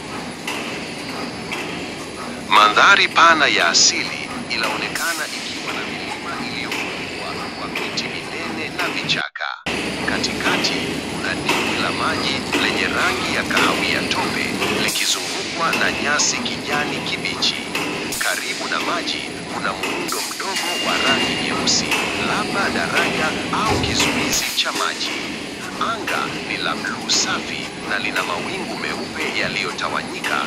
Mandhari pana ya asili inaonekana ikiwa na milima iliyofunikwa kwa miti minene na vichaka. Katikati, kuna dimbwi la maji lenye rangi ya kahawia tope likizungukwa na nyasi kijani kibichi. Karibu na maji, kuna muundo mdogo wa rangi nyeusi labda daraja au kizuizi cha maji. Anga ni la bluu safi na lina mawingu meupe yaliyotawanyika.